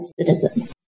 citizens